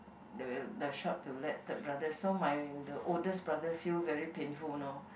the the shop to let third brother so my the oldest brother feel very painful you know